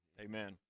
amen